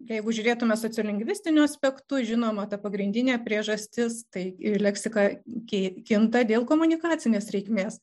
jeigu žiūrėtume sociolingvistiniu aspektu žinoma ta pagrindinė priežastis tai ir leksika kei kinta dėl komunikacinės reikmės